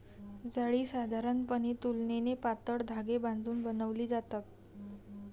जाळी साधारणपणे तुलनेने पातळ धागे बांधून बनवली जातात